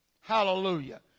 Hallelujah